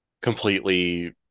completely